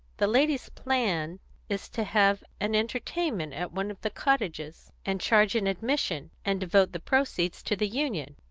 the ladies' plan is to have an entertainment at one of the cottages, and charge an admission, and devote the proceeds to the union.